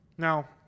Now